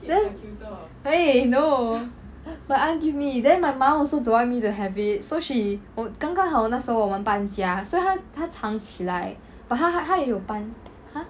then !hey! no my aunt give me then my mum also don't want me to have it so she 我刚刚好那时候我们搬家所以她藏起来 but 她她也有搬 !huh!